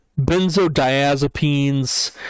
benzodiazepines